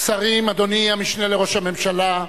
אדוני המשנה לראש הממשלה,